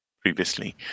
previously